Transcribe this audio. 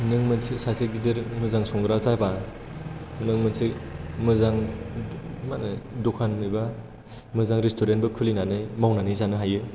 नों मोनसे सासे गिदिर मोजां संग्रा जाबा नों मोनसे मोजां मा होनो दखान एबा मोजां रेस्टुरेन्ट बो खुलिनानै मावनानै जानो हायो